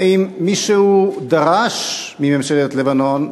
האם מישהו דרש מממשלת לבנון,